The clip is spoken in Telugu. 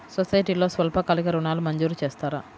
సొసైటీలో స్వల్పకాలిక ఋణాలు మంజూరు చేస్తారా?